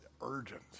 urgent